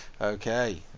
Okay